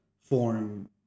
form